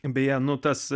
beje nu tas